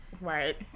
Right